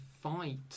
fight